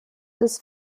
des